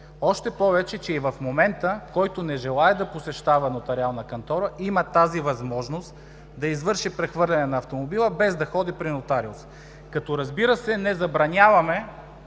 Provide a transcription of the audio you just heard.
Още повече, че и в момента, който не желае да посещава нотариална кантора, има тази възможност – да извърши прехвърляне на автомобила без да ходи при нотариус. Разбира се, не забраняваме